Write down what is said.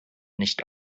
nicht